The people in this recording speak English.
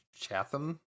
Chatham